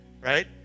Right